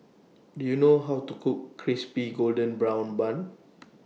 Do YOU know How to Cook Crispy Golden Brown Bun